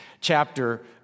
chapter